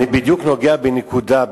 אני בדיוק נוגע בנקודה,